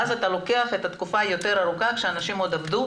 ואז אתה לוקח תקופה יותר ארוכה כשאנשים עוד עבדו,